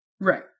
Right